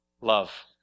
Love